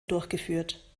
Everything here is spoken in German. durchgeführt